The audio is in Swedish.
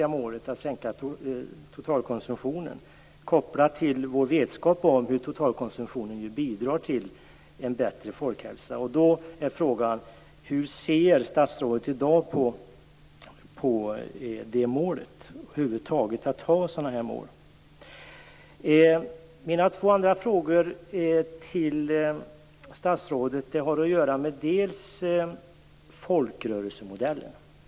Vi vet att vi har påbörjat sänkningen av konsumtionen kopplat till vetskapen att en lägre totalkonsumtion bidrar till en bättre folkhälsa. Hur ser statsrådet i dag på det målet och att över huvud taget ha sådana mål? Mina två andra frågor till statsrådet rör bl.a. folkrörelsemodellen.